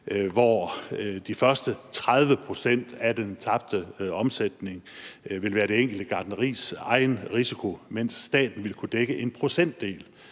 hvor de første 30 pct. af den tabte omsætning vil være det enkelte gartneris egen risiko, mens staten vil kunne dække en procentdel